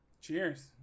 cheers